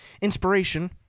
inspiration